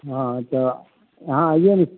हाँ तऽ अहाँ अइयै ने